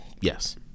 Yes